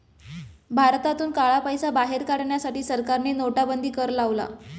भारतातून काळा पैसा बाहेर काढण्यासाठी सरकारने नोटाबंदी कर लावला